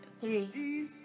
Three